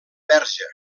verge